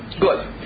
Good